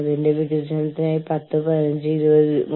അതായത് അവ ആവശ്യമായി വന്നിരിക്കുന്നു